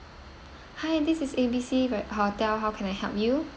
hi this is A B C r~ hotel how can I help you